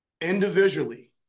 Individually